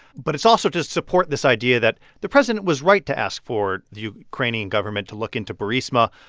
but it's also to support this idea that the president was right to ask for the ukrainian government to look into burisma.